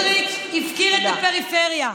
סמוטריץ' הפקיר את הפריפריה.